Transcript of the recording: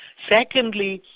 secondly,